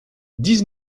dix